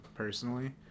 Personally